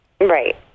Right